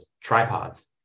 tripods